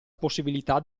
possibilità